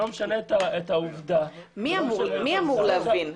מי אמור להבין?